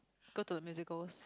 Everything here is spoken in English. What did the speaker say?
go to the musicals